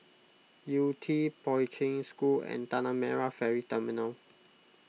Yew Tee Poi Ching School and Tanah Merah Ferry Terminal